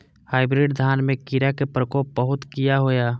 Hybrid धान में कीरा के प्रकोप बहुत किया होया?